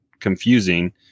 confusing